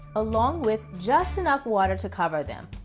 along with just enough water to cover them.